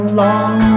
long